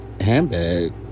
handbag